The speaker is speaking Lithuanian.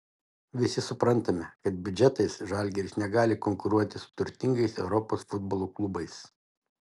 visi suprantame kad biudžetais žalgiris negali konkuruoti su turtingais europos futbolo klubais